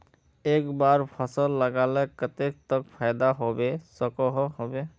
एक बार फसल लगाले कतेक तक फायदा होबे सकोहो होबे?